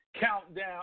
Countdown